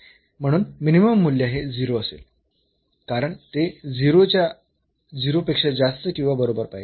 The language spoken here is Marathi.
म्हणून मिनिमम मूल्य हे 0 असेल कारण ते 0 पेक्षा जास्त किंवा बरोबर पाहिजे